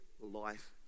life